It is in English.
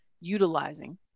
utilizing